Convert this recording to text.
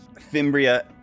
Fimbria